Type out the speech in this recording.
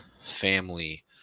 family